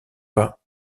pas